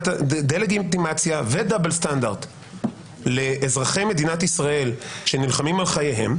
דה-לגיטימציה ודאבל סטנדרט לאזרחי מדינת ישראל שנלחמים על חייהם